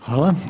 Hvala.